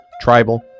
tribal